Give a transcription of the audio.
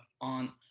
on